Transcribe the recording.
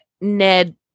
Ned